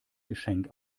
geschenk